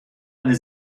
eine